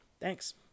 Thanks